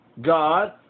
God